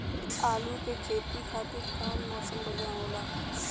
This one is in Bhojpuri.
आलू के खेती खातिर कउन मौसम बढ़ियां होला?